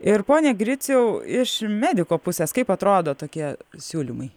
ir pone griciau iš mediko pusės kaip atrodo tokie siūlymai